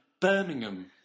Birmingham